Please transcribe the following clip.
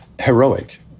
heroic